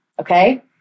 Okay